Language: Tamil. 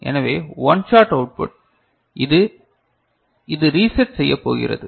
எனவே ஒன் ஷாட் அவுட் புட் இது இது ரீசெட் செய்ய போகிறது